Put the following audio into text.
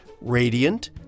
radiant